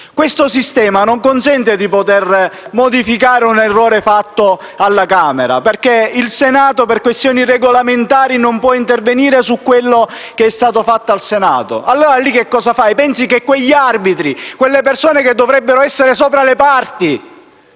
Questo sistema non consente di modificare un errore fatto alla Camera, perché il Senato per questioni regolamentari non può intervenire su quello che è stato fatto alla Camera. A quel punto che cosa fai? Pensi che gli arbitri istituzionali, quelle figure che dovrebbero essere sopra le parti,